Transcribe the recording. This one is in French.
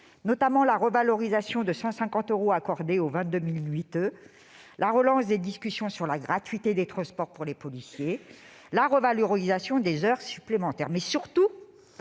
de la revalorisation de 150 euros accordée aux 22 000 nuiteux, de la relance des discussions sur la gratuité des transports pour les policiers ou de la revalorisation des heures supplémentaires. Surtout,